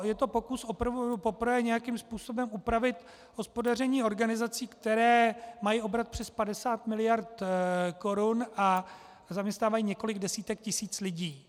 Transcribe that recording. Je to pokus poprvé nějakým způsobem upravit hospodaření organizací, které mají obrat přes 50 miliard korun a zaměstnávají několik desítek tisíc lidí.